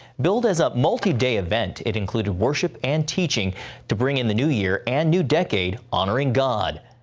billed as a multi-day event, it included worship and teaching to bring in the new year and new decade honoring god.